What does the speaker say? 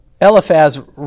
Eliphaz